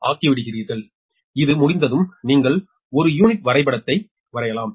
ஆகிவிடுவீர்கள் இது முடிந்ததும் நீங்கள் ஒரு யூனிட் வரைபடத்தை வரையலாம்